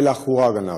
חורא גנב.